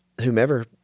whomever